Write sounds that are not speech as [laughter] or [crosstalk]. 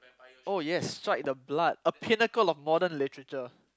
[noise] oh yes strike the blood a pinnacle of modern literature